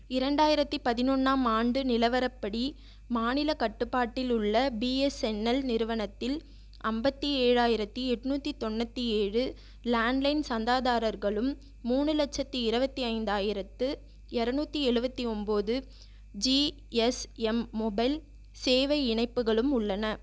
இரண்டாயிரத்து பதினொன்று ஆம் ஆண்டு நிலவரப்படி மாநில கட்டுப்பாட்டில் உள்ள பிஎஸ்என்எல் நிறுவனத்தில் ஐம்பத்து ஏழாயிரத்து எந்நுாற்றி தொன்னுாற்றி ஏழு லேண்ட் லைன் சந்தாதாரர்களும் மூணு லட்சத்து இருபத்தி ஐந்தாயிரத்து இரநூத்தி எழுபத்து ஒம்பது ஜிஎஸ்எம் மொபைல் சேவை இணைப்புகளும் உள்ளன